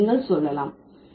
ஆனால் நீங்கள் சொல்லலாம்